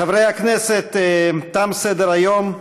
חברי הכנסת, תם סדר-היום.